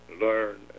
learn